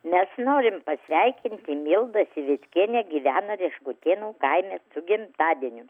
mes norim pasveikinti milda sivickienė gyvena rieškutėnų kaime su gimtadieniu